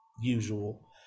usual